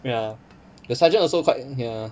ya the sergeant also quite ya